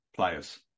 players